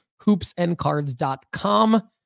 hoopsandcards.com